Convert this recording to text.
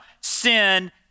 Sin